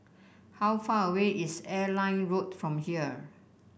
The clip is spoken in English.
how far away is Airline Road from here